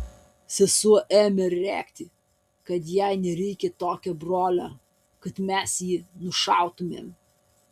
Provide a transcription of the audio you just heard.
sesuo ėmė rėkti kad jai nereikia tokio brolio kad mes jį nušautumėm